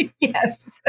Yes